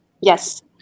Yes